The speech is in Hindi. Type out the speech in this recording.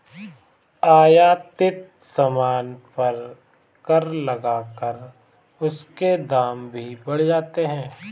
आयातित सामान पर कर लगाकर उसके दाम भी बढ़ जाते हैं